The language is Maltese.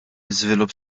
iżvilupp